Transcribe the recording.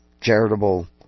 charitable